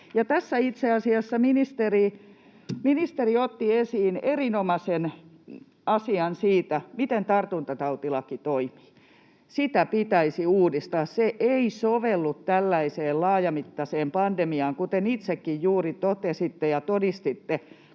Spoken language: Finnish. tässä itse asiassa ministeri otti esiin erinomaisen asian, miten tartuntatautilaki toimii. Sitä pitäisi uudistaa. Se ei sovellu tällaiseen laajamittaiseen pandemiaan, kuten itsekin juuri totesitte ja todistitte,